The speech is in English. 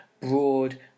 broad